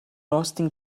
lasting